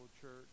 Church